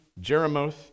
Jeremoth